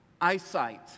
eyesight